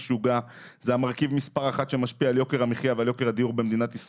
זה המרכיב מספר 1 שמשפיע על יוקר המחיה ויוקר הדיור במדינה.